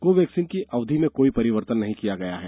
Covaxin की अवधि में कोई परिवर्तन नहीं किया गया है